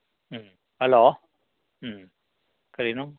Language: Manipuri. ꯎꯝ ꯍꯜꯂꯣ ꯎꯝ ꯀꯔꯤꯅꯣ